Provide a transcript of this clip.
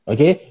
Okay